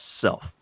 self